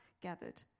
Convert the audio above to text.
gathered